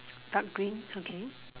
dark green okay